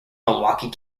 milwaukee